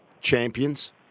champions